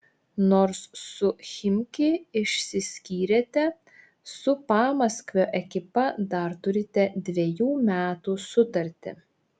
nors su chimki išsiskyrėte su pamaskvio ekipa dar turite dvejų metų sutartį